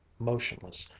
motionless,